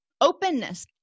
Openness